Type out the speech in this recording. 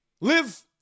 live